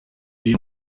iyo